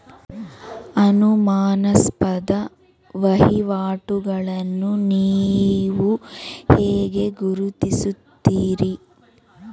ಅನುಮಾನಾಸ್ಪದ ವಹಿವಾಟುಗಳನ್ನು ನೀವು ಹೇಗೆ ಗುರುತಿಸುತ್ತೀರಿ?